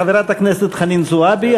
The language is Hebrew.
חברת הכנסת חנין זועבי.